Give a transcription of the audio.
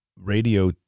radio